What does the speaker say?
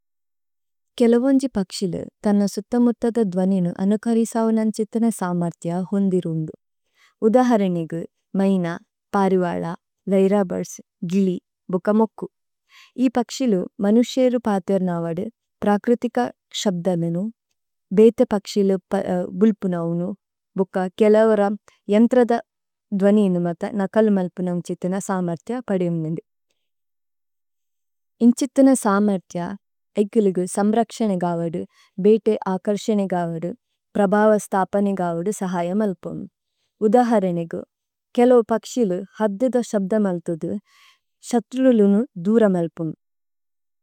കേലേവോന്ജി പക്സിലു തന്ന സുത്തമുത്തദ ദ്വനീനു അനുഖരിസവു നന് ഛിഥ്ന സമര്ഥ്യ ഹോന്ദി രൂന്ദു। ഉദഹരനിഗു, മൈന, പരിവല, ലൈരബര്സ്, ഗിലി, ബുകമോക്കു। ഇ പക്സിലു മനുശേഇരു പാതേഅര്നവദു പ്രക്രിതിക ശബ്ദമേനു, ബേതേപക്സിലു ബുല്പുനൌനു, ബുക കേലേവര, ഏന്ത്രദ ദ്വനീനു മത്ത നകല്മല്പുനാന് ഛിഥ്ന സമര്ഥ്യ പദേഓന്ദു। ഇന് ഛിഥ്ന സമര്ഥ്യ, ഐഗിലിഗു സമ്രക്ശനേഗവദു, ബേതേഅകര്ശേനേഗവദു, പ്രഭവ സ്തപനേഗവദു സഹയമല്പുനു। ഉദഹരനിഗു, കേലേവോന്ജി പക്സിലു ഹദ്ദുദ ശബ്ദമല്തദു, ശത്രുലുനു ദുരമല്പുനു।